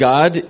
God